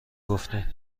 گفتین